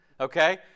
okay